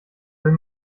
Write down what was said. will